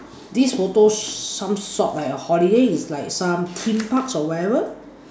this photo some sort like a holiday it's like some theme parks or whatever